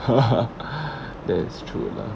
there's true lah